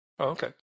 Okay